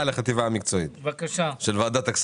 בבקשה.